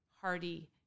hearty